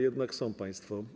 Jednak są państwo.